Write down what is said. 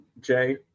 Jay